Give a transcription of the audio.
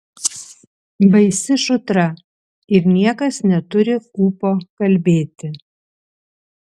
baisi šutra ir niekas neturi ūpo kalbėti